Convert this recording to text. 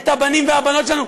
את הבנים והבנות שלנו.